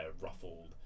ruffled